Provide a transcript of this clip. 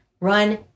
Run